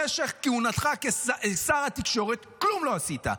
במשך כהונתך כשר התקשורת כלום לא עשית.